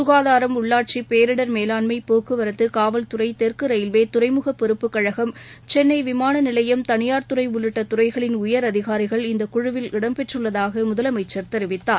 சுகாதாரம் உள்ளாட்சி பேரிடர் மேலாண்மை போக்குவரத்து காவல் துறை தெற்கு ரயில்வே துறைமுகப் பொறுப்புக் கழகம் சென்னை விமான நிலையம் தனியார் துறை உள்ளிட்ட துறைகளின் உயரதிகாரிகள் இந்த குழுவில் இடம்பெற்றுள்ளதாக முதலமைச்சர் தெரிவித்தார்